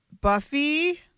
Buffy